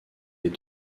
est